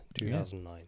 2009